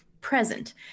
present